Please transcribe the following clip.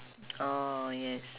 oh yes